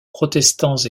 protestants